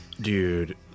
Dude